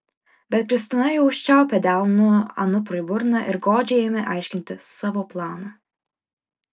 bet kristina jau užčiaupė delnu anuprui burną ir godžiai ėmė aiškinti savo planą